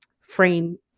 frame